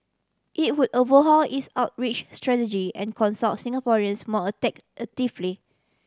it would overhaul its outreach strategy and consult Singaporeans more actively